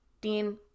Dean